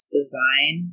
Design